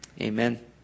Amen